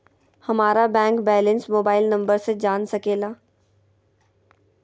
हमारा bank balance mobile number से जान सके ला?